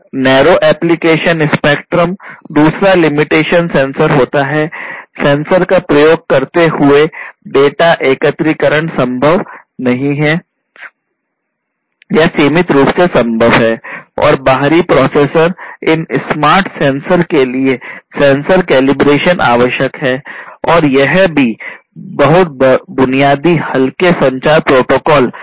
narrow application spectrum आवश्यक है और यह भी कि वे बहुत बुनियादी हल्के संचार प्रोटोकॉल का समर्थन करेंगे